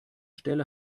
stelle